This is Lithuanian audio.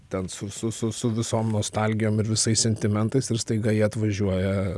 ten su su su su visom nostalgijom ir visais sentimentais ir staiga jie atvažiuoja